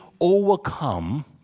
overcome